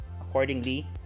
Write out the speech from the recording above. Accordingly